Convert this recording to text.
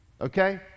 Okay